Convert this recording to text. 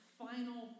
final